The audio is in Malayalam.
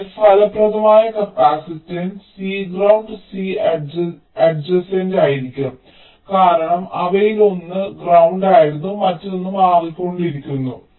അതിനാൽ ഫലപ്രദമായ കപ്പാസിറ്റൻസ് C ഗ്രൌണ്ട് C അഡ്ജസൻറയിരിക്കും കാരണം അവയിലൊന്ന് ഗ്രൌണ്ടായിരുന്നു മറ്റൊന്ന് മാറിക്കൊണ്ടിരിക്കുന്നു